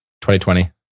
2020